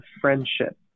friendship